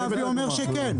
אבי אומר שכן.